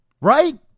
right